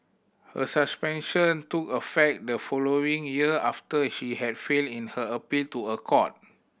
her suspension took effect the following year after she had failed in her appeal to a court